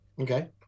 Okay